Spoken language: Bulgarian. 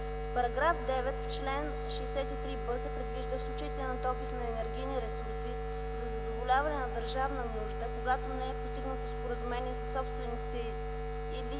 и др. С § 9 в чл. 63б се предвижда в случаите на добив на енергийни ресурси за задоволяване на държавна нужда, когато не е постигнато споразумение със собствениците или